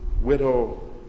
Widow